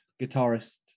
guitarist